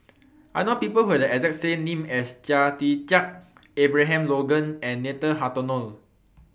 I know People Who Have The exact name as Chia Tee Chiak Abraham Logan and Nathan Hartono